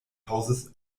hauses